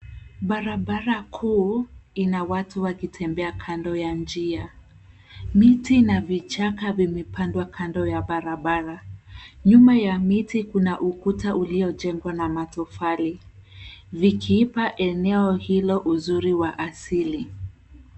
Barabara kuu ina watu wakitembea kando ya njia. Miti na vichaka vimepandwa kando ya barabara. Nyuma ya miti, kuna ukuta uliojengwa na matofali, likiipa eneo hilo uzuri wa asili.